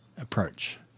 approach